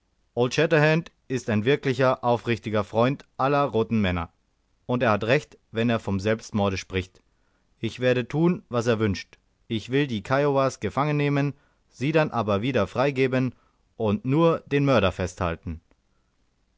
ist ein wirklicher aufrichtiger freund aller roten männer und er hat recht wenn er vom selbstmorde spricht ich werde tun was er wünscht ich will die kiowas gefangen nehmen sie dann aber wieder freigeben und nur den mörder festhalten